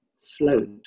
float